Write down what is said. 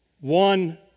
one